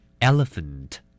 elephant